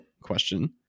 question